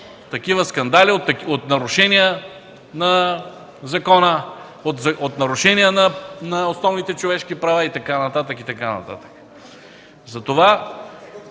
такива скандали, нарушения на закона, от нарушения на основните човешки права и така нататък. Аз се